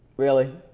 really?